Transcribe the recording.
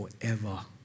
forever